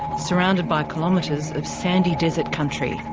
surrounded by kilometres of sandy desert country.